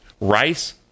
rice